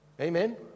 Amen